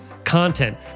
content